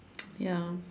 ya